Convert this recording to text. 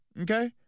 Okay